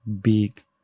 big